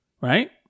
right